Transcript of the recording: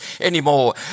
anymore